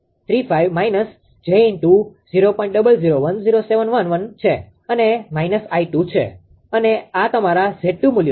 0010711 છે અને માઈનસ 𝐼2 છે અને આ તમારા 𝑍2 મૂલ્યો છે